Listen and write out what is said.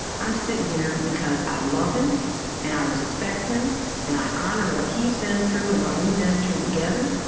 i'm sitting here because i love him and i respect him and i honor what he's been through and what we've been through together.